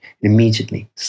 immediately